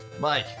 Mike